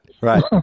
right